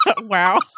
Wow